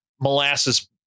molasses